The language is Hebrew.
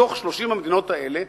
מתוך 30 המדינות האלה,